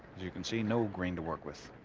you can see no green to work with.